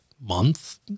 month